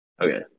Okay